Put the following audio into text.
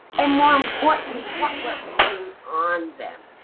and more importantly, what we're putting on them.